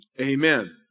amen